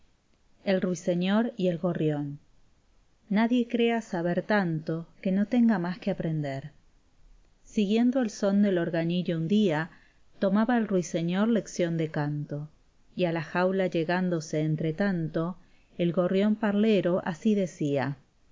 el ruiseñor y el gorrión nadie crea saber tanto que no tenga más que aprender siguiendo el son del organillo un día tomaba el ruiseñor lección de canto y a la jaula llegándose entre tanto el gorrión parlero así decía